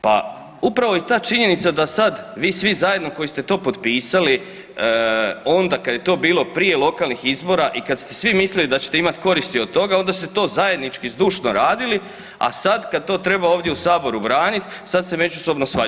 Pa upravo i ta činjenica da sad vi svi zajedno koji ste to potpisali onda kad je to bilo prije lokalnih izbora i da kad ste svi mislili da ćete imati koristi od toga onda ste to zajednički zdušno radili, a sad kad to treba ovdje u saboru braniti sad se međusobno svađate.